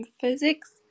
physics